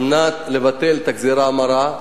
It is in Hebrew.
על מנת לבטל את הגזירה המרה,